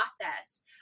process